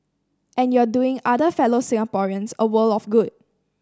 and you're doing other fellow Singaporeans a world of good